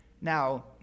Now